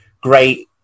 great